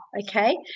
okay